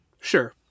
Sure